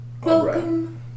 Welcome